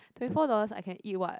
twenty four dollars I can eat what